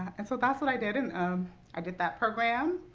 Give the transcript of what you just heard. and so that's what i did and um i did that program,